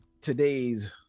today's